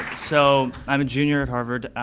so i'm a junior at harvard,